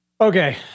Okay